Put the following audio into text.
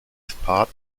spot